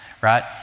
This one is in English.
right